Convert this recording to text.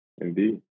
Indeed